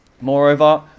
Moreover